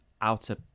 outer